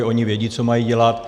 Oni vědí, co mají dělat.